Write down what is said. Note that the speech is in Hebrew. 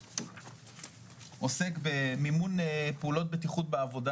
-- עוסק במימון פעולות בטיחות בעבודה.